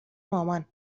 مامان